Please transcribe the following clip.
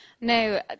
No